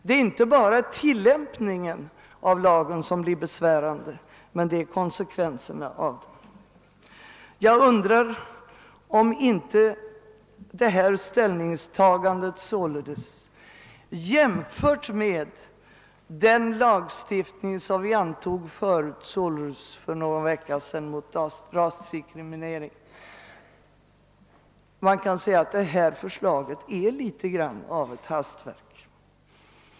Det är inte bara tillämpningen av lagen utan också konsekvenserna av den som blir besvärande. Hans ställningstagande framstår mot bakgrunden av den lagstiftning mot rasdikriminering, som vi för någon vecka sedan an tog, såsom något av ett hastverk.